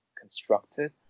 constructed